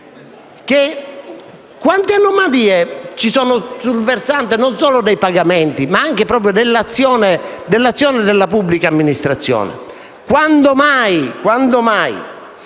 quante anomalie ci sono sul versante non solo dei pagamenti, ma anche dell'azione della pubblica amministrazione. Ma quando mai